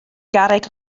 garreg